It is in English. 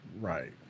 Right